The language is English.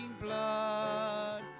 blood